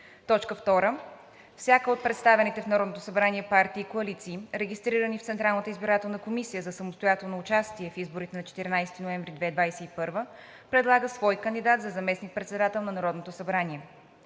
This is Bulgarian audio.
г. 2. Всяка от представените в Народното събрание партии и коалиции, регистрирани в Централната избирателна комисия за самостоятелно участие в изборите на 14 ноември 2021 г., предлага свой кандидат за заместник-председател на Народното събрание.